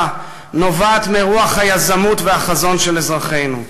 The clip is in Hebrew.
נובעת מרוח היזמות והחזון של אזרחינו.